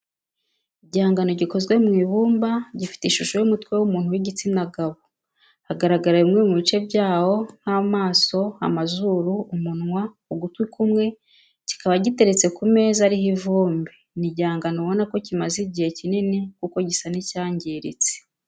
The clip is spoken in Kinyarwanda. igihangano gikoze mw'ibumba gifite ishusho y'umutwe w'umuntu w'igitsina gabo hagaragara bimwe mu bice byawo nk'amaso amazuru, umunwa ugutwi kumwe kikaba giteretse ku meza ariho ivumbi ni igihangano ubona ko kimaze igihe kinini kuko gisa n'icyangiritse